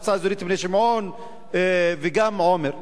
המועצה האזורית בני-שמעון וגם עומר,